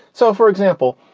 so for example,